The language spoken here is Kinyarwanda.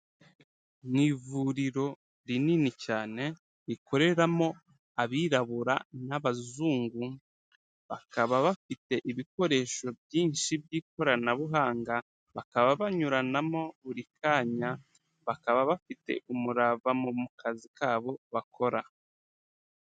Ni ivuriro rinini cyane rikoreramo abirabura n'abazungu, bakaba bafite ibikoresho byinshi by'ikoranabuhanga, bakaba banyuranamo buri kanya, bakaba bafite umurava mu kazi kabo bakora.